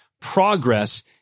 progress